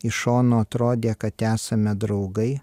iš šono atrodė kad esame draugai